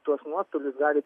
tuos nuostolius gali